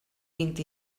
vint